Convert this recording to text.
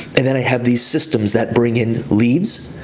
and then i have these systems that bring in leads,